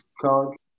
college